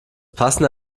passende